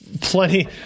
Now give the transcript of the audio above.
plenty